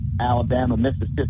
Alabama-Mississippi